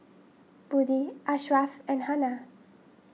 Budi Ashraf and Hana